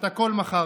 את הכול מכרתם.